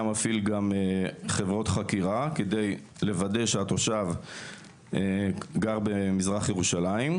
מפעיל גם חברות חקירה כדי לוודא שהתושב גם במזרח ירושלים,